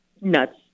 nuts